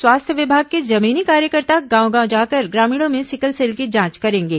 स्वास्थ्य विभाग के जमीनी कार्यकर्ता गांव गांव जाकर ग्रामीणों में सिकल सेल की जांच करेंगे